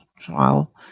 trial